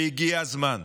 והגיע הזמן.